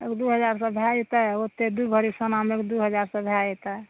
अब दू हजार सँ भए जेतै ओते दू भरि सोनामे एक दू हजार सँ भए जेतै